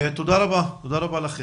תודה רבה לכן.